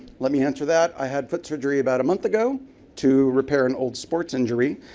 let me answer that. i had foot surgery about a month ago to repair an old sports injury,